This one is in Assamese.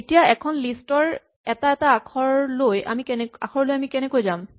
এতিয়া এখন লিষ্ট ৰ এটা এটা আখৰলৈ আমি কেনেকৈ যাম